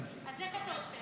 אז איך אתה עושה את זה?